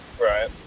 Right